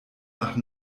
nach